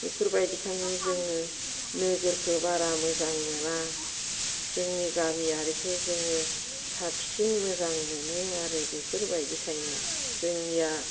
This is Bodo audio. बेफोरबायदिखायनो जोङो नोगोरखौ बारा मोजां मोना जोंनि गामियारिखौ जोङो साबसिन मोजां मोनो आरो बेफोरबायदिखायनो जोंनिया